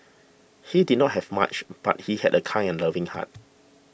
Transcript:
he did not have much but he had a kind and loving heart